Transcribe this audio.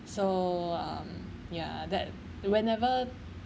so um ya that whenever